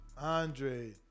Andre